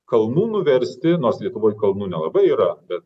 kalnų nuversti nors lietuvoje kalnų nelabai yra bet